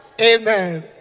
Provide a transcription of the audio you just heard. Amen